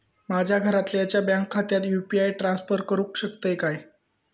माझ्या घरातल्याच्या बँक खात्यात यू.पी.आय ट्रान्स्फर करुक शकतय काय?